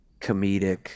comedic